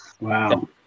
Wow